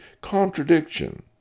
contradiction